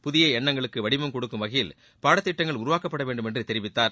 புதிய எண்ணங்களுக்கு வடிவம் கொடுக்கும் வகையில் பாடத்திட்டங்கள் உருவாக்கப்படவேண்டும் என்று தெரிவித்தார்